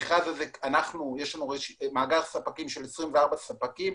ברשימה יש מאגר ספקים של 24 ספקים,